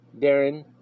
Darren